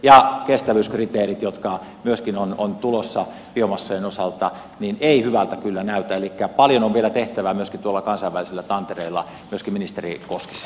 ja kestävyyskriteerien osalta jotka myöskin ovat tulossa biomassojen osalta ei hyvältä kyllä näytä elikkä paljon on vielä tehtävää myöskin tuolla kansainvälisillä tantereilla myöskin ministeri koskisella